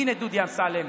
הינה דודו אמסלם.